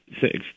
six